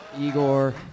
Igor